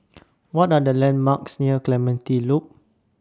What Are The landmarks near Clementi Loop